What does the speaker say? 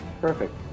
Perfect